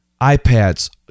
iPads